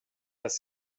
das